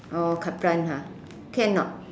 oh kaplan ha can or not